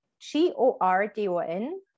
g-o-r-d-o-n